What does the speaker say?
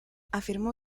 afirmó